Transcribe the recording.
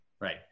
right